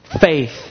faith